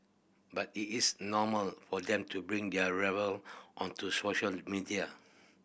but it is normal for them to bring there rivalry onto social media